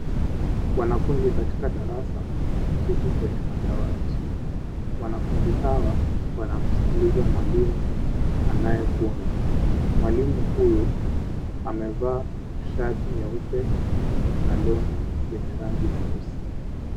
Wanafunzi katika darasa wameketi kwenye madawati. Wanafunzi hawa wanamsikiliza mwalimu anayefunza. Mwalimu huyu amevaa shati nyeupe na long'i yenye rangi nyeusi.